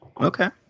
Okay